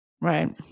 Right